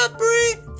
breathe